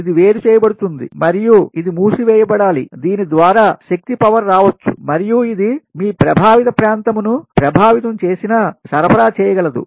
ఇది వేరుచేయబడుతుంది మరియు ఇది మూసివేయబడాలి దీని ద్వారా శక్తి పవర్ రావచ్చు మరియు ఇది మీ ప్రభావిత ప్రాంతమును ప్రభావితం చేసినా సరఫరా చేయగలదు